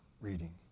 Reading